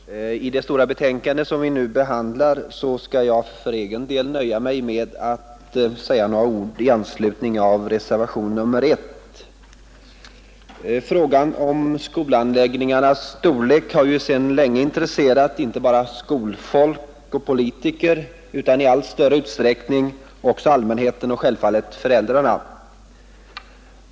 Fru talman! Beträffande det stora betänkande vi nu behandlar skall jag nöja mig med att säga några ord i anslutning till reservationen A 1. Frågan om skolanläggningars storlek har sedan länge intresserat inte bara skolfolk och politiker utan i allt större utsträckning också allmänheten och självfallet föräldrarna.